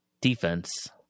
defense